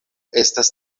estas